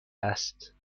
است